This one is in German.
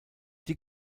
die